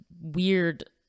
weird